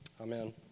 Amen